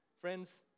Friends